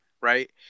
right